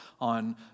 on